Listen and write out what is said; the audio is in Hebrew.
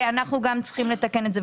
אנחנו גם צריכים לתקן את זה.